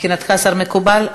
מבחינתך, השר, מקובל?